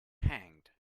hanged